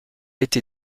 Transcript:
été